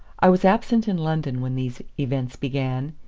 i was absent in london when these events began.